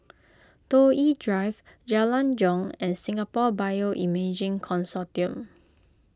Toh Yi Drive Jalan Jong and Singapore Bioimaging Consortium